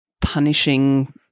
punishing